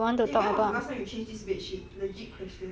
eh when was the last time you change this bedsheet legit question